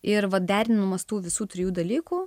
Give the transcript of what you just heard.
ir vat derinamas tų visų trijų dalykų